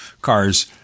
cars